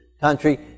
country